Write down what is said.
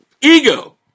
ego